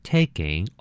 Taking